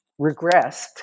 regressed